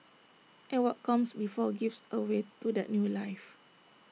and what comes before gives A way to that new life